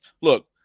Look